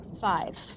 five